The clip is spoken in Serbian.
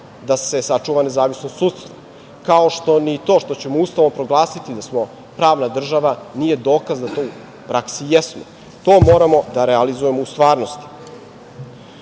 da se sačuva nezavisnost sudstva, kao što ni to što ćemo Ustavom proglasiti da smo pravna država nije dokaz da to jesmo u praksi. To moramo da realizujemo u stvarnosti. Predsednica